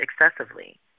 excessively